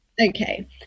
Okay